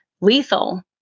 lethal